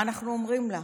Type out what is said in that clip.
מה אנחנו אומרים לה?